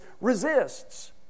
resists